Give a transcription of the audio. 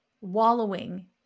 wallowing